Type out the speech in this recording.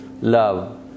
love